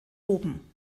oben